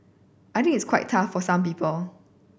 I think it's quite tough for some people